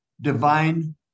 divine